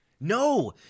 No